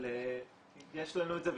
אבל יש לנו את זה.